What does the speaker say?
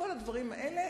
כל הדברים האלה,